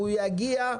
יגיע,